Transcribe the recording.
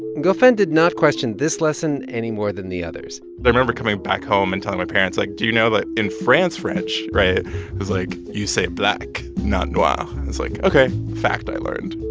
ngofeen did not question this lesson any more than the others but i remember coming back home and telling my parents, like, do you know that in france french right? i was like, you say black, not noir. ah i was like, ok fact i learned